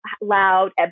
loud